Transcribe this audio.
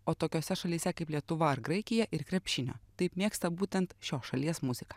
o tokiose šalyse kaip lietuva ar graikija ir krepšinio taip mėgsta būtent šios šalies muziką